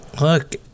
Look